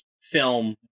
film